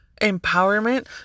empowerment